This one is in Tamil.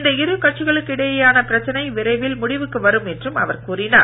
இந்த இரு கட்சிகளுக்கு இடையேயான பிரச்சனை விரைவில் முடிவுக்கு வரும் என்றும் அவர் கூறினார்